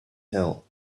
hill